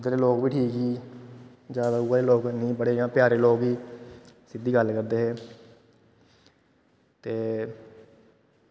उद्धर दे लोक बी ठीक ही जादा उ'ऐ लोक नेईं इ'यां बड़े प्यारे लोक ही सिद्धी गल्ल करदे हे ते